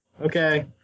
Okay